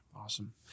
Awesome